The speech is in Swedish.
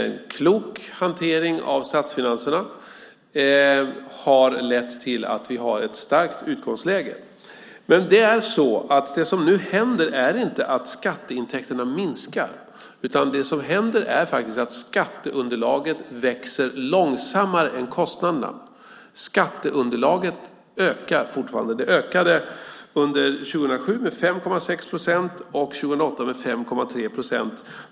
En klok hantering av statsfinanserna har lett till att vi har ett starkt utgångsläge. Det som nu händer är inte att skatteintäkterna minskar, utan det som händer är faktiskt att skatteunderlaget växer långsammare än kostnaderna. Skatteunderlaget ökar fortfarande. Det ökade under 2007 med 5,6 procent och 2008 med 5,3 procent.